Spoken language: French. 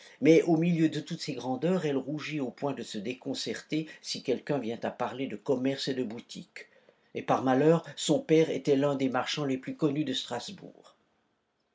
mais au milieu de toutes ses grandeurs elle rougit au point de se déconcerter si quelqu'un vient à parler de commerce et de boutique et par malheur son père était l'un des marchands les plus connus de strasbourg